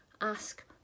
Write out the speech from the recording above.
ask